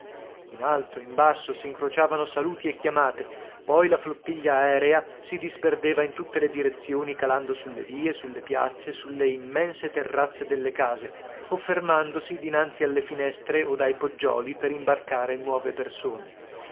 in alto in basso s'incrociavano saluti e chiamate poi la flottiglia aerea si disperdeva in tutte le direzioni calando sulle vie sulle piazze sulle immense terrazze delle case o fermandosi dinanzi alle finestre od ai poggioli per imbarcare nuove persone